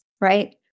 right